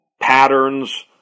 patterns